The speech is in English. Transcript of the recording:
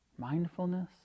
Mindfulness